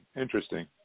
interesting